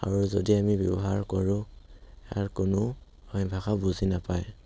আৰু যদি আমি ব্যৱহাৰ কৰোঁ ইয়াৰ কোনো অসমীয়া ভাষা বুজি নাপায়